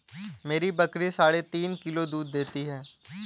मेरी बकरी साढ़े तीन किलो दूध देती है